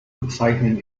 bezeichnen